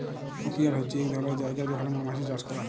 apiary হছে ইক ধরলের জায়গা যেখালে মমাছি চাষ ক্যরা হ্যয়